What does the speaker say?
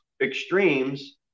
extremes